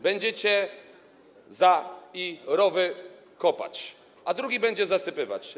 Będziecie za... i rowy kopać, a drugi będzie zasypywać.